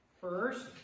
First